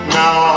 now